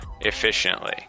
efficiently